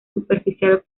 superficial